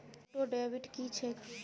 Auto debit की छैक?